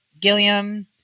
Gilliam